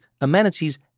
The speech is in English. amenities